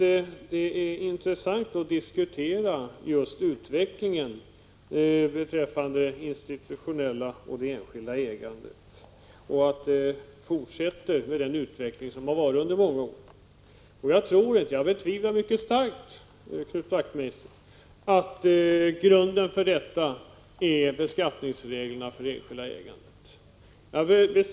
Men det är intressant att diskutera utvecklingen beträffande det institutionella och det enskilda ägandet, en utveckling som har ägt rum under många år. Jag betvivlar mycket starkt, Knut Wachtmeister, att grunden för den är skattereglerna för det enskilda ägandet.